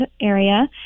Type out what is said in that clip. area